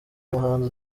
umuhanzi